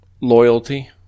loyalty